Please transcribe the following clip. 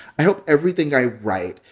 i hope everything i write,